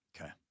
Okay